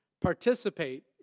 participate